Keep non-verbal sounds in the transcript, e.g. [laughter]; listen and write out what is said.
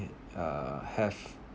[noise] uh have